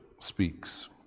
speaks